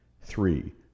Three